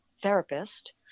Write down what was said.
therapist